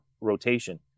rotation